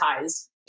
ties